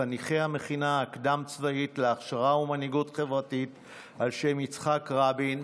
חניכי המכינה הקדם-צבאית להכשרה ומנהיגות חברתית על שם יצחק רבין,